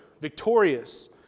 victorious